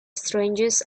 strangest